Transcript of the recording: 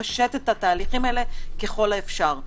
לפשט את התהליכים האלה ככל האפשר.